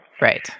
Right